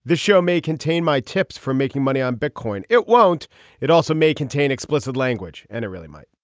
the show may contain my tips for making money on bitcoin. it won't it also may contain explicit language and it really might